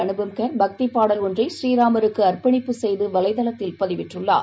அனுபம் கென் பக்திபாடல் ஒன்றை புரீராமருக்குஅர்ப்பணிப்பு செய்துவலைதளத்தில் பதிவிட்டுள்ளார்